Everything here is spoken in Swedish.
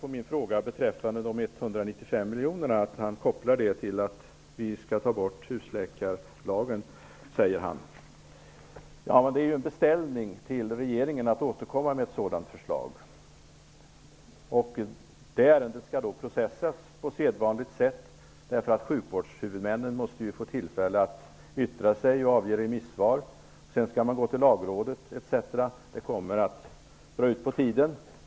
På min fråga beträffande de 195 miljonerna svarar Bo Holmberg att han kopplar dem till detta att Socialdemokraterna skall ta bort husläkarlagen. De föreslår ju att regeringen får en beställning att återkomma med ett sådant förslag. Det ärendet skall då processas på sedvanligt sätt, därför att sjukvårdshuvudmännen måste få tillfälle att yttra sig och avge remissvar, varefter Lagrådet skall yttra sig, etc. Det hela kommer alltså att dra ut på tiden.